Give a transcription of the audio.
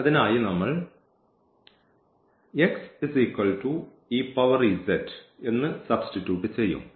അതിനാൽ നമ്മൾ ഈ എന്ന് സബ്സ്റ്റിറ്റ്യൂട്ട് ചെയ്യും